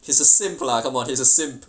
he's a simp lah come out he's a simp